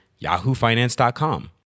yahoofinance.com